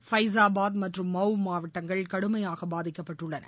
ஃபைசாபாத் மற்றும் மௌவ் மாவட்டங்கள் கடுமையாக பாதிக்கப்பட்டுள்ளன